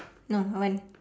no when